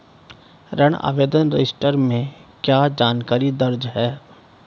ऋण आवेदन रजिस्टर में क्या जानकारी दर्ज है?